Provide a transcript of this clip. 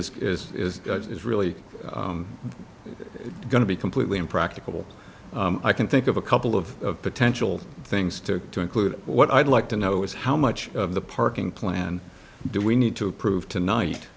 think is is is is really going to be completely impractical i can think of a couple of potential things to do include what i'd like to know is how much of the parking plan do we need to prove tonight